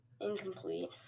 Incomplete